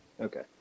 Okay